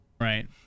right